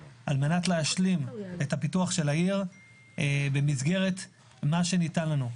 להשלים את הפיתוח של העיר במסגרת מה שניתן לנו.